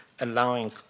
allowing